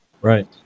Right